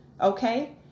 okay